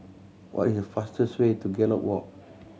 what is the fastest way to Gallop Walk